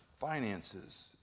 finances